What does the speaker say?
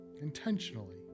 intentionally